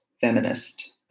feminist